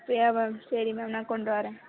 அப்படியா மேம் சரி மேம் நான் கொண்டு வரேன்